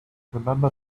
remember